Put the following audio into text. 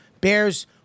Bears